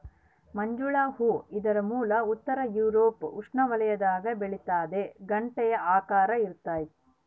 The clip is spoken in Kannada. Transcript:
ಮಂಜುಳ ಹೂ ಇದರ ಮೂಲ ಉತ್ತರ ಯೂರೋಪ್ ಉಷ್ಣವಲಯದಾಗ ಬೆಳಿತಾದ ಗಂಟೆಯ ಆಕಾರ ಇರ್ತಾದ